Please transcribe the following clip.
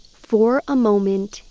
for a moment,